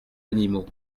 animaux